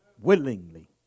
Willingly